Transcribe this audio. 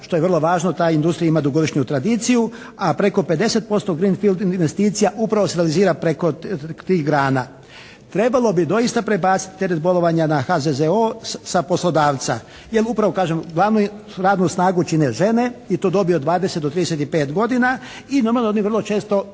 što je vrlo važno ta industrija ima dugogodišnju tradiciju, a preko 50% green field investicija upravo se realizira preko tih grana. Trebalo bi doista prebaciti teret bolovanja na HZZO-o sa poslodavca. Jer upravo kažem glavnu radnu snagu čine žene i to u dobi od 20 do 35 godina i normalno da one vrlo često